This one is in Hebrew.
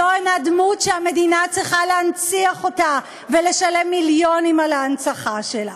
זו אינה דמות שמדינה צריכה להנציח אותה ולשלם מיליונים על ההנצחה שלה.